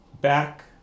back